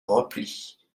repli